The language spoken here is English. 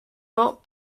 not